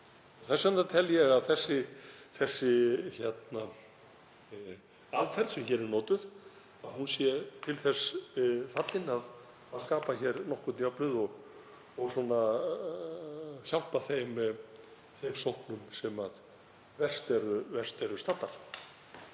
Þess vegna tel ég að þessi aðferð sem hér er notuð sé til þess fallin að skapa nokkurn jöfnuð og hjálpa þeim sóknum sem verst eru staddar.